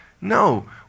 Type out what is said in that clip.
no